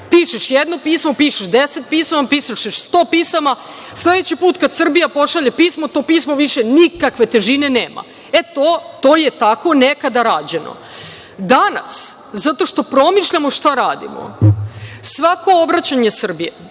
Pišeš jedno pismo, pišeš deset pisama, pišeš sto pisama. Sledeći put kada Srbija pošalje pismo, to pismo više nikakve težine nema. Eto, to je tako nekada rađeno. Danas, zato što promišljamo šta radimo svako obraćanje Srbije,